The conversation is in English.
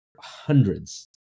hundreds